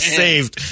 saved